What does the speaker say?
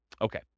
Okay